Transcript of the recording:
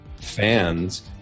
fans